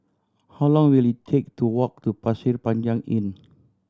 how long will it take to walk to Pasir Panjang Inn